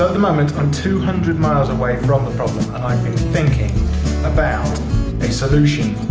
ah the moment i'm two hundred miles away from the problem and i've been thinking about a solution.